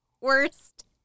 Worst